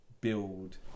build